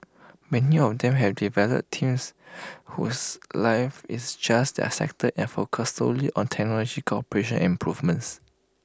many of them have developed teams whose life is just their sector and focus solely on technological operations and improvements